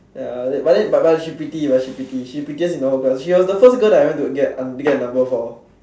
ya but then but but she pretty she pretty she prettiest in the whole class she was the first girl that I went to get to get a number for